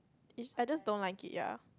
I just don't like it ya